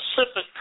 specific